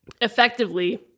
effectively